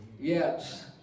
Yes